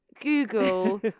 Google